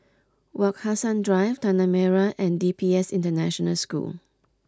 Wak Hassan Drive Tanah Merah and D P S International School